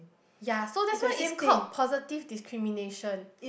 ya so that's why is called positive discrimination